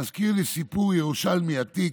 זה מזכיר לי סיפור ירושלמי עתיק,